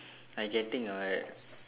I getting what